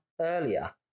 earlier